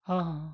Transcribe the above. ہاں ہاں